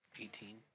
Eighteen